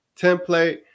template